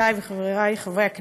חברותי וחברי חברי הכנסת,